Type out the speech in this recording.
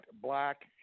black